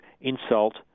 insult